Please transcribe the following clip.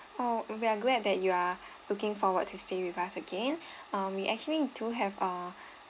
oh we are glad that you are looking forward to stay with us again uh we actually do have a